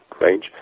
range